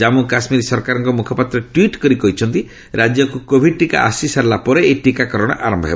ଜାନ୍ଷୁ କାଶ୍ମୀର ସରକାରଙ୍କ ମୁଖପାତ୍ର ଟ୍ୱିଟ୍ କରି କହିଛନ୍ତି ରାଜ୍ୟକୁ କୋଭିଡ୍ ଟିକା ଆସିସାରିଲା ପରେ ଏହି ଟିକାକରଣ ଆରମ୍ଭ ହେବ